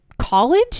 college